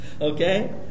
okay